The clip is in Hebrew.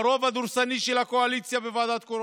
הרוב הדורסני של הקואליציה בוועדת קורונה.